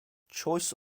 choice